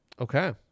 Okay